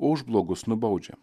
o už blogus nubaudžia